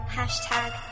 Hashtag